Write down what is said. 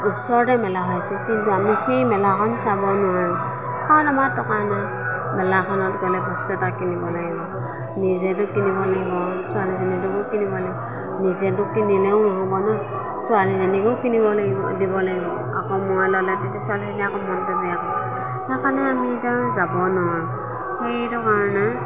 ওচৰতে মেলা হৈছে কিন্তু আমি সেই মেলাখন চাব নোৱাৰোঁ কাৰণ আমাৰ টকা নাই মেলাখনত গ'লে বস্তু এটা কিনিব লাগিব নিজেতো কিনিব লাগিব ছোৱালীজনীকোতো কিনিব লাগিব নিজেতো কিনিলেও নহ'ব ন ছোৱালীজনীকো কিনিব লাগিব দিব লাগিব আকৌ মই ল'লে তেতিয়া ছোৱালীজনীয়ে আকৌ মনটো বেয়া কৰিব সেইকাৰণে আমি এতিয়া যাব নোৱাৰোঁ সেইটো কাৰণে